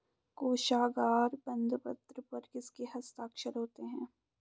कोशागार बंदपत्र पर किसके हस्ताक्षर होते हैं?